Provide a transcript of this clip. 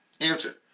Answer